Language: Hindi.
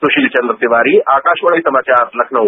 सुशील चंद्र तिवारी आकाशवाणी समाचार लखनऊ